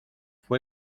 fue